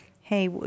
hey